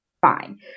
fine